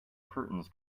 curtains